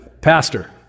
Pastor